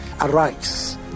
arise